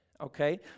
okay